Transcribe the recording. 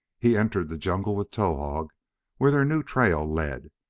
he entered the jungle with towahg where their new trail led,